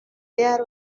there